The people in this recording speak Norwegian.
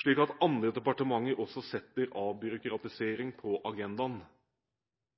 slik at andre departementer også setter avbyråkratisering på agendaen.